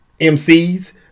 MCs